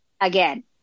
again